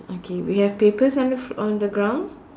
okay we have papers on the fl~ on the ground